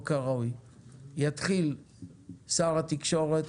שר התקשורת,